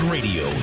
Radio